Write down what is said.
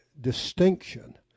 distinction